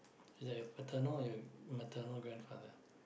is that your paternal or your maternal grandfather